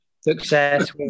Success